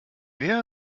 wäre